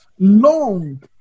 long